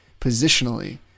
positionally